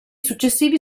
successivi